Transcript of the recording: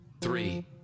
three